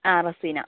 ആ റസീന